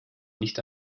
nicht